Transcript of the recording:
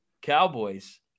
Cowboys